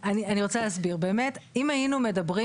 ומה זה מיטבית?